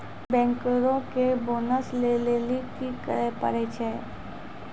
बैंकरो के बोनस लै लेली कि करै पड़ै छै?